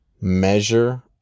measure